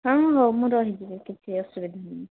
ହଁ ହଁ ମୁଁ ରହିଯିବି କିଛି ଅସୁବିଧା ନାହିଁ